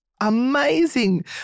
amazing